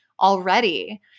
Already